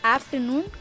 Afternoon